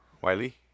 Wiley